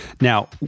Now